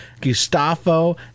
Gustavo